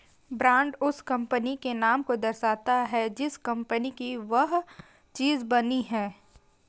brand उस company के नाम को दर्शाता है जिस कंपनी की वह चीज बनी है